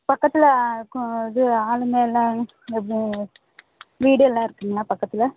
பக்கத்தில் இருக்கும் இது ஆளுங்கள் எல்லாம் வீடு எல்லாம் இருக்குங்களா பக்கத்தில்